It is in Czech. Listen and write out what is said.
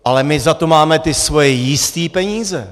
Ale my za to máme ty svoje jistý peníze.